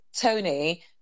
tony